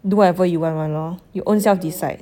do whatever you want [one] lor you ownself decide